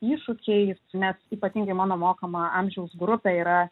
iššūkiais nes ypatingai mano mokama amžiaus grupė yra